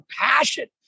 passion